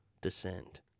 descend